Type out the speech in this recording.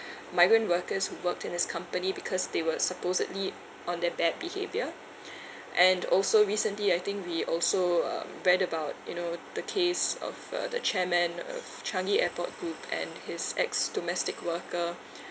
migrant workers who worked in his company because they were supposedly on their bad behaviour and also recently I think we also uh read about you know the case of uh the chairman of Changi airport group and his ex-domestic worker who